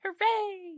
Hooray